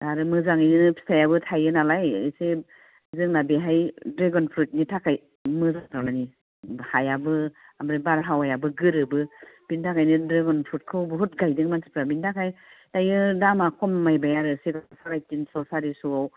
आरो मोजाङैनो फिथाइआबो थाइयो नालाय एसे जोंना बेवहाय ड्रेग'न फ्रुइटनि थाखाय मोजां जायो हायाबो ओमफ्राय बारहावायाबो गोरोबो बेनि थाखायनो ड्रेग'न फ्रुटखौ बहुद गायदों मानसिफोरा बेनि थाखाय दायो दामआ खमायबाय आरो सारेतिनस' सारिस'आव